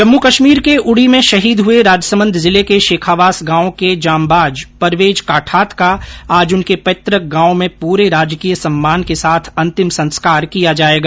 जम्मू कश्मीर के उड़ी में शहीद हुए राजसमंद जिले के शेखावास गांव के जाबाज परवेज काठात का आज उनके पैतुक गांव में पूरे राजकीय सम्मान के साथ अंतिम संस्कार किया जायेगा